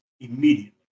immediately